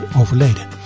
overleden